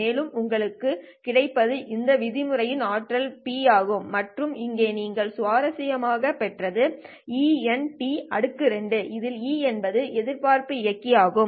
மேலும் உங்களுக்குக் கிடைப்பது இந்த விதிமுறையின் ஆற்றல் P ஆகும் மற்றும் இங்கே நீங்கள் சுவாரஸ்யமாக பெற்றது E|N|2 இதில் E என்பது எதிர்பார்ப்பு இயக்கி ஆகும்